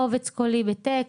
קובץ קולי בטקסט,